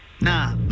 Nah